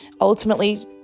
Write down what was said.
ultimately